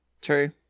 True